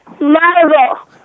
Marvel